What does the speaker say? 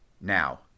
now